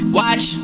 watch